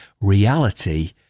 reality